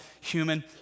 human